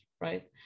right